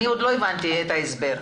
אני עוד לא הבנתי את ההסבר.